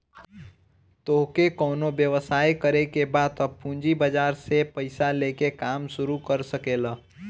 तोहके कवनो व्यवसाय करे के बा तअ पूंजी बाजार से पईसा लेके काम शुरू कर सकेलअ